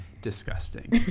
disgusting